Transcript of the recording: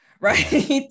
right